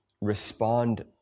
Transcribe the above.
respond